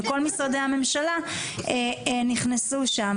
וכל משרדי הממשלה נכנסו שם.